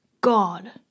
God